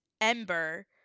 Ember